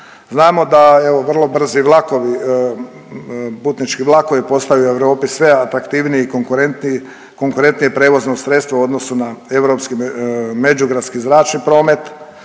Znamo da evo vrlo brzi vlakovi, putnički vlakovi postaju u Europi sve atraktivniji i konkurentnije prijevozno sredstvo u odnosu na europski međugradski zračni promet.